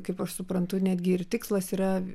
kaip aš suprantu netgi ir tikslas yra